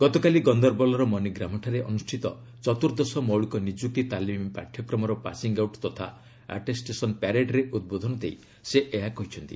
ଗତକାଲି ଗନ୍ଦରବଲ୍ର ମନିଗ୍ରାମଠାରେ ଅନୁଷ୍ଠିତ ଚତୁର୍ଦ୍ଦଶ ମୌଳିକ ନିଯୁକ୍ତି ତାଲିମ ପାଠ୍ୟକ୍ରମର ପାସିଙ୍ଗ୍ ଆଉଟ୍ ତଥା ଆଟେଷ୍ଟେସନ ପ୍ୟାରେଡରେ ଉଦ୍ବୋଧନ ଦେଇ ସେ ଏହା କହିଛନ୍ତି